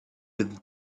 with